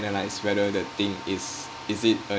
analyze whether that thing is is it